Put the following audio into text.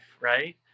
right